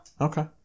Okay